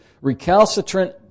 recalcitrant